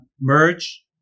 merge